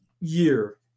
year